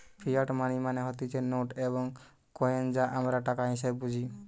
fiat money মানে হতিছে note এবং কইন যা আমরা টাকা হিসেবে বুঝি